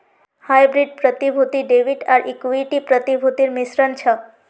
hybrid प्रतिभूति debit आर equity प्रतिभूतिर मिश्रण छ